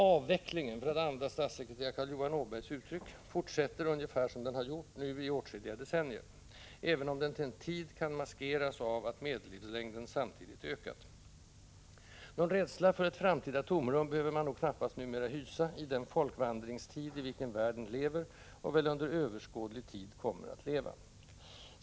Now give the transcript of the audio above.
”Avvecklingen” — för att använda statssekreterare Carl Johan Åbergs uttryck — fortsätter ungefär som den har gjort nu i åtskilliga decennier, även om den till en tid kan maskeras av att medellivslängden samtidigt ökat. Någon rädsla för ett framtida tomrum behöver man nog knappast numera hysa i den folkvandringstid i vilken världen lever och väl under överskådlig tid kommer att leva.